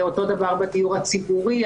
אותו דבר בדיור הציבורי,